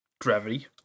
gravity